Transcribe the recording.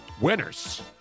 winners